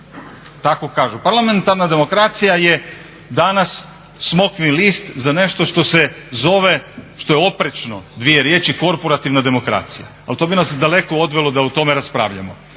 tako kažu. Parlamentarna demokracija je danas smokvin list za nešto što se zove, što je oprečno dvije riječi korporativna demokracija. Ali to bi nas daleko odvelo da o tome raspravljamo